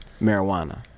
marijuana